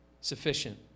sufficient